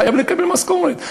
חייב לקבל משכורת.